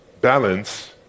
balance